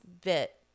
bit